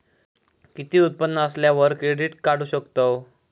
किती उत्पन्न असल्यावर क्रेडीट काढू शकतव?